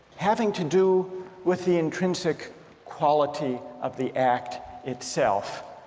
having to do with the intrinsic quality of the act itself.